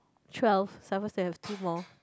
twelve supposed to have two more